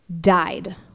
died